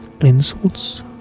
insults